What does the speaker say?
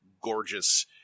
gorgeous